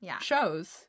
shows